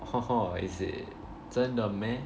is it 真的 meh